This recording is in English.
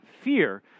fear